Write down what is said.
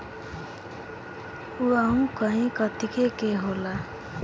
उअहू कई कतीके के होला